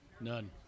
None